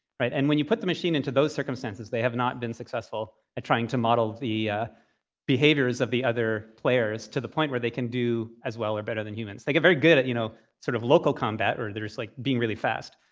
right? and when you put the machine into those circumstances, they have not been successful at trying to model the behaviors of the other players to the point where they can do as well or better than humans. they get very good at you know sort of local combat, or like being really fast.